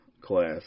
class